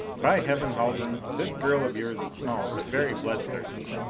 by heaven, haljan, this girl of yours is small, but very bloodthirsty!